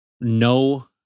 no